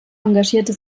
engagierte